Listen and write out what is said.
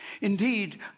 Indeed